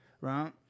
right